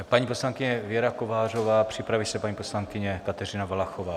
Paní poslankyně Věra Kovářová, připraví se paní poslankyně Kateřina Valachová.